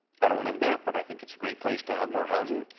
i don't live there but i think it's a great place to have more housing.